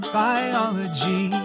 biology